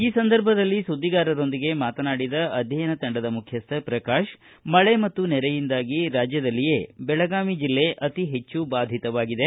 ಈ ಸಂದರ್ಭದಲ್ಲಿ ಸುದ್ದಿಗಾರರೊಂದಿಗೆ ಮಾತನಾಡಿದ ಅಧ್ಯಯನ ತಂಡದ ಮುಖ್ಯಸ್ಥ ಪ್ರಕಾಶ ಮಳೆ ಮತ್ತು ಸೆರೆಯಿಂದಾಗಿ ರಾಜ್ಯದಲ್ಲಿಯೇ ಬೆಳಗಾವಿ ಜಿಲ್ಲೆ ಅತಿ ಹೆಚ್ಚು ಬಾಧಿತವಾಗಿದೆ